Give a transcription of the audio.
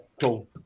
cool